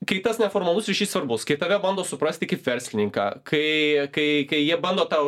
kai tas neformalus ryšys svarbus kai tave bando suprasti kaip verslininką kai kai kai jie bando tau